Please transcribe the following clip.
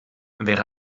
wäre